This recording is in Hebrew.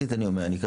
שהעלה